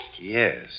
Yes